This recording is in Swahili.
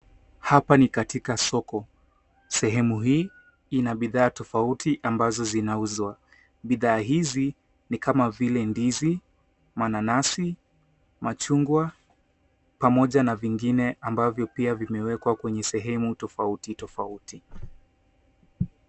Hapa ni katika soko, sehemu hii ina bidhaa tofauti ambazo zinauzwa. Bidhaa hizi ni kama vile ndizi, mananasi, machungwa pamoja na vingine ambavyo pia vimewekwa kwenye sehemu tofautitofauti.